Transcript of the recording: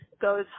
goes